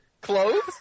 Clothes